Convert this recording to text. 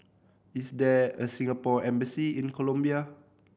is there a Singapore Embassy in Colombia